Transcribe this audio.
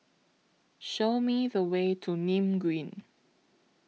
Show Me The Way to Nim Green